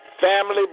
family